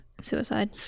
suicide